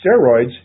steroids